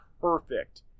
perfect